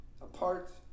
apart